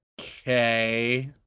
Okay